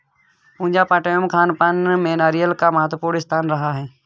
पूजा पाठ एवं खानपान में नारियल का महत्वपूर्ण स्थान रहा है